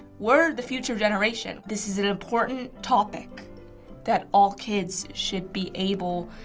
we're the future generation. this is an important topic that all kids should be able